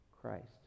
Christ